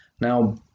now